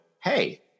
Hey